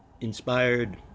inspired